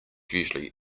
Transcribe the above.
usually